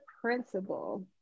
Principle